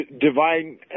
divine